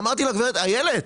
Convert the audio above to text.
אמרתי לה גברת איילת,